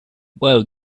well